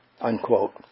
Unquote